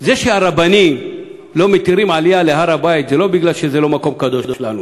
זה שהרבנים לא מתירים עלייה להר-הבית זה לא מפני שזה לא מקום קדוש לנו,